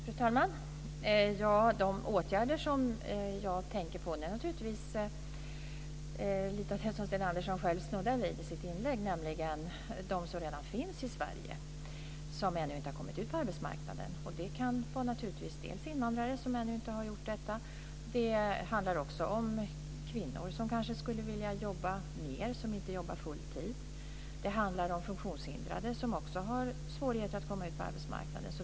Fru talman! De åtgärder som jag tänker på är naturligtvis - lite grann som Sten Andersson själv snuddade vid i sitt inlägg - de som redan finns i Sverige som ännu inte har kommit ut på arbetsmarknaden. Det kan dels vara invandrare, dels kvinnor som skulle vilja jobba mer som inte jobbar full tid. Det handlar om funktionshindrade som också har svårigheter att komma ut på arbetsmarknaden.